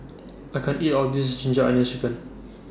I can't eat All of This Ginger Onions Chicken